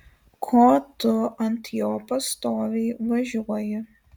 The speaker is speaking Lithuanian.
ko tu ant jo pastoviai važiuoji